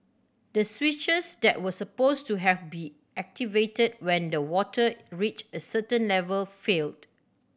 the switches that were supposed to have be activated when the water reached a certain level failed